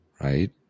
right